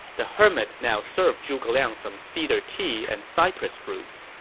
the hermit now served zhuge liang some cedar tea and cypress fruits.